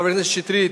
חבר הכנסת שטרית,